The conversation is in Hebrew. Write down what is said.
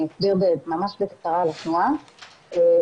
ממש בקצרה על התנועה,